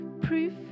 proof